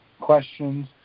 questions